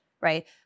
right